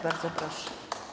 Bardzo proszę.